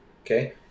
okay